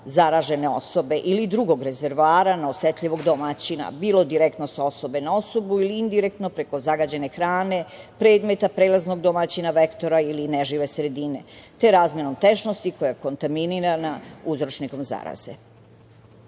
zaražene osobe ili drugog rezervoara na osetljivog domaćina, bilo direktno sa osobe na osobu ili indirektno preko zagađene hrane, predmeta, prelaznog domaćina, lektora ili nežive sredine, te razmenom tečnosti koja kontaminirana uzročnikom zaraze. Predlog